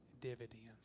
dividends